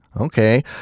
Okay